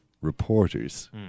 reporters